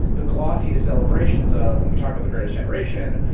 the glossiest celebrations of, when we talk about the greatest generation,